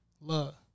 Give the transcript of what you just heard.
Love